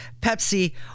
Pepsi